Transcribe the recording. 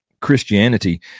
Christianity